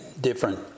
Different